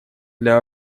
для